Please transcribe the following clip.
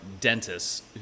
dentists